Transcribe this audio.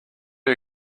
you